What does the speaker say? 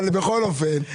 בכל אופן,